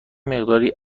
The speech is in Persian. مقداری